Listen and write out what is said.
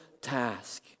task